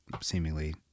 seemingly